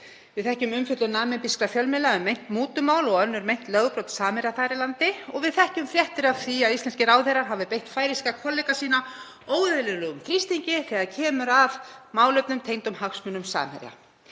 Við þekkjum umfjöllun namibískra fjölmiðla um meint mútumál og önnur meint lögbrot Samherja þar í landi og við þekkjum fréttir af því að íslenskir ráðherrar hafi beitt færeyska kollega sína óeðlilegum þrýstingi þegar kemur að málefnum tengdum hagsmunum Samherja.